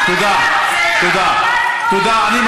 תודה, תודה, תודה.